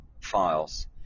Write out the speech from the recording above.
files